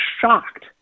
shocked